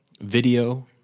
video